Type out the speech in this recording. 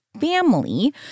family